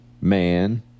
man